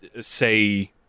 say